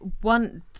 one